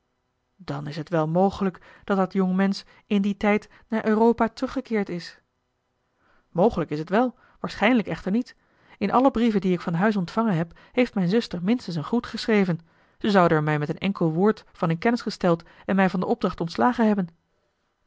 dan is het wel mogelijk dat dat jongmensch in dien tijd naar europa teruggekeerd is mogelijk is het wel waarschijnlijk echter niet in alle brieven die ik van huis ontvangen heb heeft mijne zuster minstens een groet geschreven ze zoude er mij met een enkel woord van in kennis gesteld en mij van de opdracht ontslagen hebben